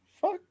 fuck